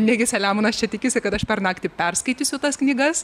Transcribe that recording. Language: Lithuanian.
negi selemonas čia tikisi kad aš per naktį perskaitysiu tas knygas